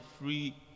free